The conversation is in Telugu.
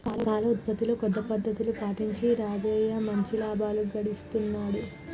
పాల ఉత్పత్తిలో కొత్త పద్ధతులు పాటించి రాజయ్య మంచి లాభాలు గడిస్తున్నాడు